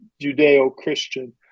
judeo-christian